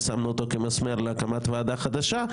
ושמנו אותו כמסמר להקמת ועדה חדשה,